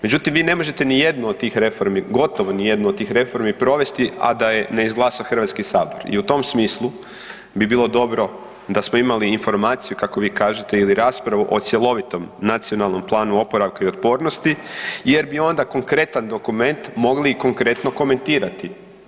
Međutim, vi ne možete ni jednu od tih reformi, gotovo ni jednu od tih reformi provesti, a da je ne izglasa Hrvatski sabor i u tom smislu bi bilo dobro da smo imali informaciju kako vi kažete ili raspravu o cjelovitom Nacionalnom planu oporavka i otpornosti jer bi onda konkretan dokument mogli i konkretno komentirati.